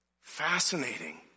Fascinating